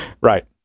right